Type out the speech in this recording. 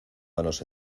manos